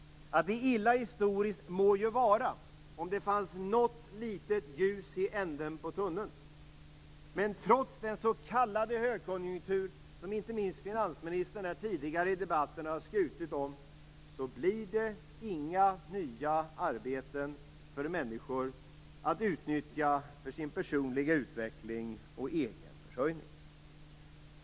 Att det är illa historiskt må vara, om det fanns något litet ljus i änden på tunneln, men trots den s.k. högkonjunktur som inte minst finansministern här tidigare i debatten har skrutit om blir det inga nya arbeten för människor att utnyttja för sin personliga utveckling och egen försörjning.